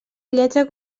lletra